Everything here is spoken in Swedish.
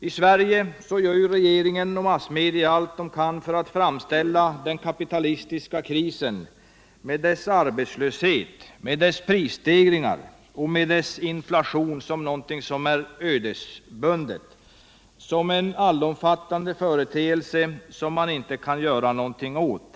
I Sverige gör regeringen och massmedia allt för att framställa den kapitalistiska krisen med dess arbetslöshet, prisstegringar och inflation som något ödesbundet, som en allomfattande företeelse som man inte kan göra något åt.